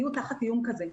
יהיו תחת איום כזה.